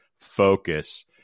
focus